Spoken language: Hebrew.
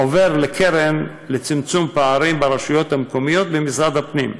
עובר לקרן לצמצום פערים ברשויות המקומיות במשרד הפנים.